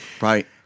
Right